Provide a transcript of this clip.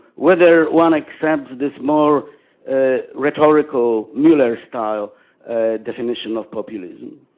whether one accepts this more rhetorical muller style definition of populism,